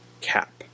cap